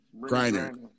Griner